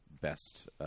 best